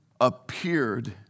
appeared